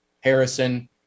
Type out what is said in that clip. Harrison